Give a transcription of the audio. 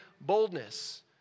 boldness